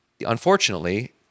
unfortunately